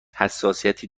حساسیتی